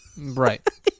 Right